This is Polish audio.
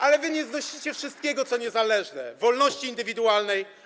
Ale wy nie znosicie wszystkiego, co niezależne, wolności indywidualnej.